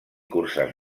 curses